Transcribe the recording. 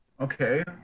okay